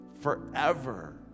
forever